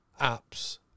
apps